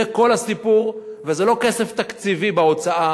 זה כל הסיפור, וזה לא כסף תקציבי בהוצאה.